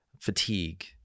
fatigue